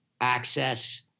access